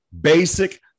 Basic